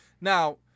Now